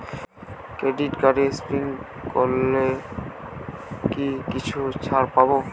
Credit কার্ডে shopping করলে কি কিছু ছাড় পাব?